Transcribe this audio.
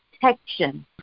protection